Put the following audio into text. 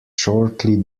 shortly